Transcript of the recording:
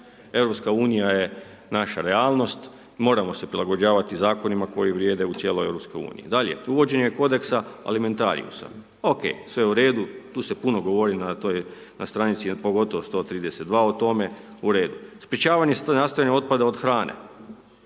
Europska unija je naša realnost, moramo se prilagođavati Zakonima koji vrijede u cijeloj Europskoj uniji. Dalje, uvođenje kodeksa alimenatrijusa. Ok, sve u redu, tu se puno govori na toj, na stranici pogotovo 132. o tome, u redu. Sprječavanje nastajanja otpada od hrane,